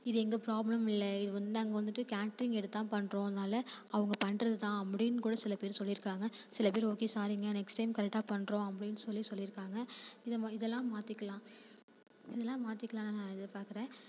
இது எங்கள் ப்ராப்ளம் இல்லை இது வந்து நாங்கள் வந்துட்டு கேட்ரிங் எடுத்துதான் பண்ணுறோம் அதனால் அவங்க பண்ணுறது தான் அப்படின்னு கூட சில பேர் சொல்லியிருக்காங்க சில பேர் ஓகே சாரிங்க நெக்ஸ்ட் டைம் கரெக்டாக பண்ணுறோம் அப்படின்னு சொல்லி சொல்லியிருக்காங்க இதம இதெல்லாம் மாற்றிக்கிலாம் இதெல்லாம் மாற்றிக்கிலாம் நான் எதிர் பார்க்குறேன்